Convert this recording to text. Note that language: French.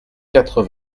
quatre